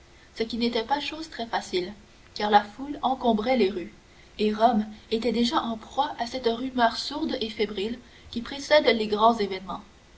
ce qui n'était pas chose très facile car la foule encombrait les rues et rome était déjà en proie à cette rumeur sourde et fébrile qui précède les grands événements